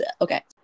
Okay